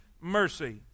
mercy